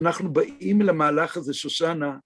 אנחנו באים למהלך הזה, שושנה.